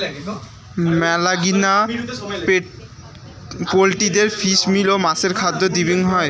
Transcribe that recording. মেলাগিলা পোল্ট্রিদের fish meal বা মাছের খাদ্য দিবং হই